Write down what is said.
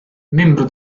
membro